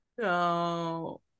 No